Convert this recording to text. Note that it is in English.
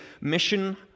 mission